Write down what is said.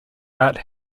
art